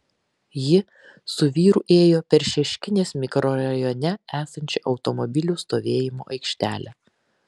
ji su vyru ėjo per šeškinės mikrorajone esančią automobilių stovėjimo aikštelę